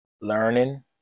learning